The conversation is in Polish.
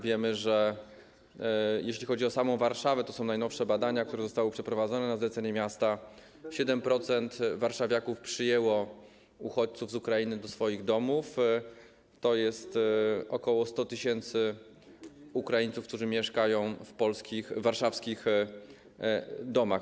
Wiemy, że jeśli chodzi o samą Warszawę - to są najnowsze badania, które zostały przeprowadzone na zlecenie miasta - 7% warszawiaków przyjęło uchodźców z Ukrainy do swoich domów, ok. 100 tys. Ukraińców mieszka w warszawskich domach.